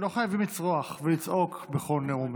לא חייבים לצרוח ולצעוק בכל נאום.